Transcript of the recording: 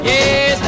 Yes